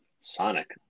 Sonic